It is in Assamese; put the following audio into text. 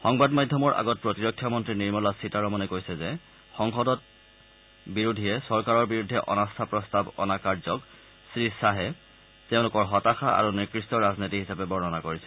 সংবাদ মাধ্যমৰ আগত প্ৰতিৰক্ষামন্তী নিৰ্মলা সীতাৰমণে কৈছে যে সংসদত বিৰোধীয়ে চৰকাৰৰ বিৰুদ্ধে অনাস্থা প্ৰস্তাৱ অনা কাৰ্যক শ্ৰীয়াহে তেওঁলোকৰ হতাশা আৰু নিকৃষ্ট ৰাজনীতি হিচাপে বৰ্ণনা কৰিছে